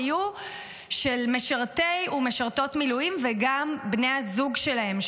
היו של משרתי ומשרתות מילואים וגם בני הזוג שלהם,